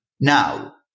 Now